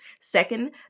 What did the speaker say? Second